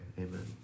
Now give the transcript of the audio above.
amen